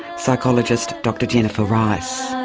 psychologist dr jennifer rice.